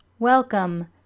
Welcome